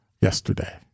yesterday